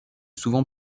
souvent